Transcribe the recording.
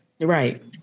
Right